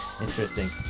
Interesting